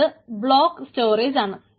അത് ഒരു block storage ആണ്